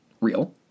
real